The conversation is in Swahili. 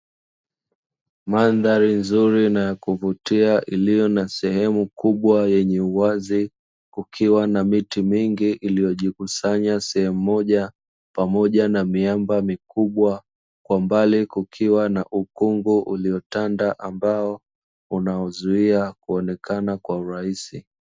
Mandhari nzuri na ya kuvutia iliyo na sehemu kubwa yenye uwazi, kukikiwa na miti mingi iliyojikusanya sehemu moja, pamoja na miamba mikubwa. Kwa mbali kukiwa na ukungu uliotanda, ambao unauzuia kuonekana kwa urahisi.